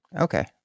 Okay